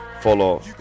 Follow